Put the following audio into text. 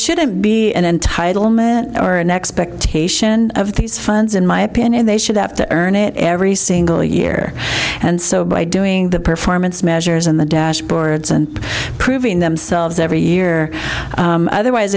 shouldn't be an entitlement or an expectation of these funds in my opinion they should have to earn it every single year and so by doing the performance measures and the dashboards and proving themselves every year otherwise